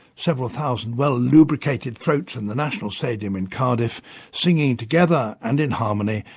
several thousand well lubricated throats in the national stadium in cardiff singing together and in harmony,